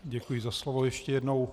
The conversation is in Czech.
Děkuji za slovo ještě jednou.